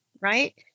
right